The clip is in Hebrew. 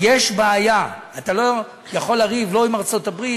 את המדיניות, ללא אמירות,